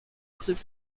include